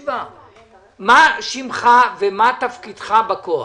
מה שמך ומה תפקידך בכוח.